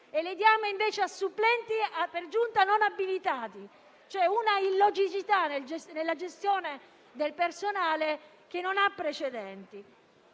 ma le diamo a supplenti, per giunta non abilitati. C'è un'illogicità nella gestione del personale che non ha precedenti.